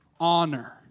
honor